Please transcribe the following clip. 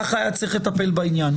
כך היה צריך לטפל בעניין.